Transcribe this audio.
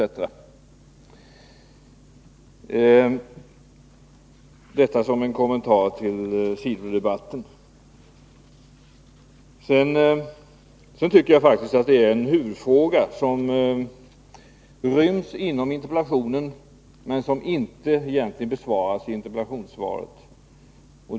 Detta vill jag ha sagt som en kommentar till SIFU-debatten. Sedan tycker jag att det finns en huvudfråga som ryms inom interpellationen men som egentligen inte besvaras i interpellationssvaret.